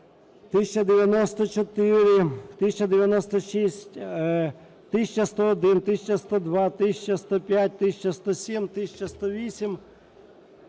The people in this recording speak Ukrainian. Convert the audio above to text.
1094, 1096, 1101, 1102, 1105, 1107, 1108,